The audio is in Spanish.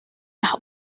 las